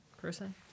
person